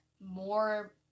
more